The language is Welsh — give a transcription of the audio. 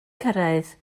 cyrraedd